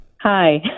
Hi